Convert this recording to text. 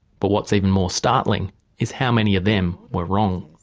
but what's even more startling is how many of them were wrong.